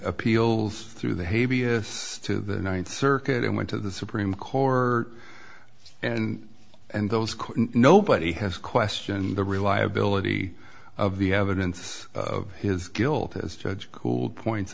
appeals through the hey b s to the ninth circuit and went to the supreme core and and those court nobody has questioned the reliability of the evidence of his guilt as judge cool points